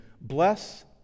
bless